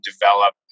develop